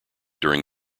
during